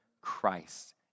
Christ